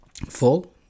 full